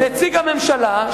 נציג הממשלה,